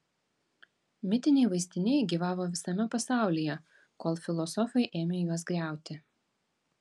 mitiniai vaizdiniai gyvavo visame pasaulyje kol filosofai ėmė juos griauti